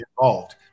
involved